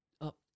up